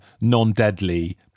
non-deadly